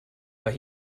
but